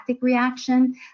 reaction